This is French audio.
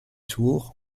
tour